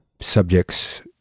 subjects